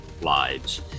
lives